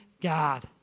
God